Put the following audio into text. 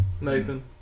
Nathan